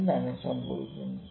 എന്താണ് സംഭവിക്കുന്നത്